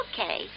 Okay